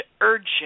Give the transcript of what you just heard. urgent